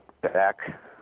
back